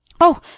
Oh